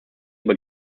über